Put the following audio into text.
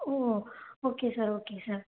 O okay sir okay sir